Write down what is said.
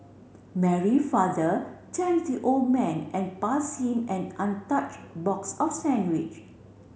Mary father thank the old man and passed him an untouched box of sandwich